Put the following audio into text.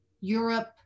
Europe